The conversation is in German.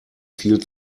viel